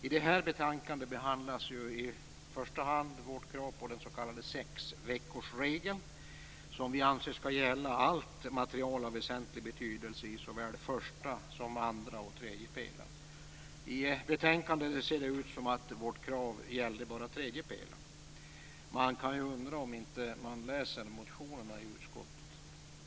I det här betänkandet behandlas i första hand vårt krav på den s.k. sexveckorsregeln, som vi anser skall gälla allt material av väsentlig betydelse i såväl första som andra och tredje pelaren. I betänkandet ser det ut som om vårt krav gällde bara tredje pelaren. Man kan undra om inte utskottet läser motionerna.